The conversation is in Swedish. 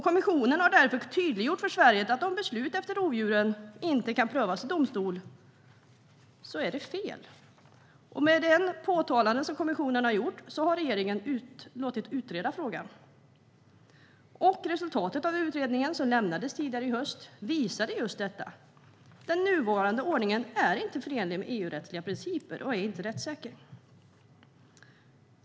Kommissionen har därför tydliggjort för Sverige att det är fel om beslut om jakt efter rovdjur inte kan prövas av domstol. I och med det påtalande som kommissionen har gjort har regeringen låtit utreda frågan. Resultatet av utredningen, som lämnades tidigare i höst, visade just detta. Den nuvarande ordningen är inte förenlig med EU-rättsliga principer och är inte rättssäker.